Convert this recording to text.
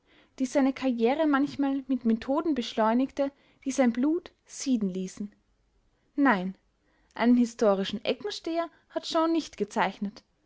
die seine karriere manchmal mit methoden beschleunigte die sein blut sieden ließen nein einen historischen eckensteher hat shaw nicht gezeichnet